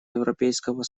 европейского